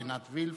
עינת וילף,